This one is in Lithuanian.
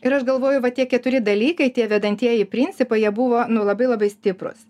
ir aš galvoju va tie keturi dalykai tie vedantieji principai jie buvo nu labai labai stiprūs